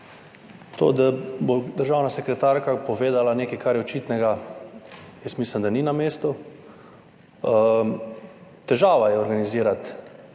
To, da bo državna sekretarka povedala nekaj, kar je očitnega, jaz mislim, da ni na mestu. Težava je organizirati